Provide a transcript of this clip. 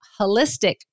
holistic